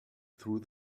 through